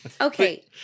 Okay